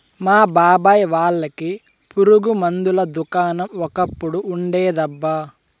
మా బాబాయ్ వాళ్ళకి పురుగు మందుల దుకాణం ఒకప్పుడు ఉండేదబ్బా